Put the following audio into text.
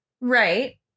Right